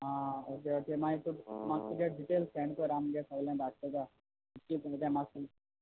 आं okay okay मागीर तूं म्हाका तुगे डिटेल्स सेन्ड कोर आं हांव म्हुगे सोगळें धाडटा तुका कित्त कितें मागता तें